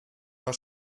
war